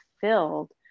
filled